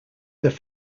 there